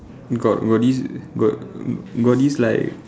got got this got got this like